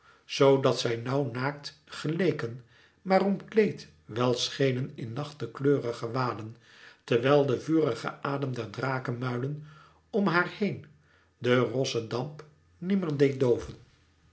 dat zij nauw naakt geleken maar omkleed wel schenen in nachtekleurige waden terwijl de vurige adem der drake muilen om haar heen den rossen damp nimmer deed dooven